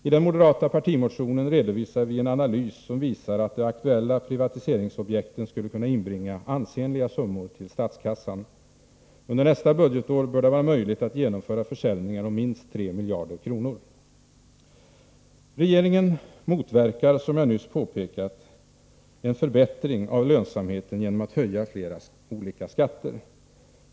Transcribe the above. I den moderata partimotionen redovisar vi en analys, som visar att de aktuella privatiseringsobjekten skulle kunna inbringa ansenliga summor till statskassan. Under nästa budgetår bör det vara möjligt att genomföra försäljningar om minst 3 miljarder kronor Regeringen motverkar, som jag nyss påpekat, en förbättring av lönsamheten genom att höja flera olika skatter.